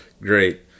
Great